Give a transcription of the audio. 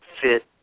fit